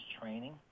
training